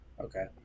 Okay